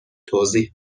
توضیح